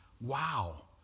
Wow